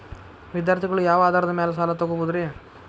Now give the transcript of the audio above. ವಿದ್ಯಾರ್ಥಿಗಳು ಯಾವ ಆಧಾರದ ಮ್ಯಾಲ ಸಾಲ ತಗೋಬೋದ್ರಿ?